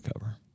cover